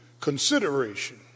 consideration